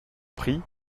prie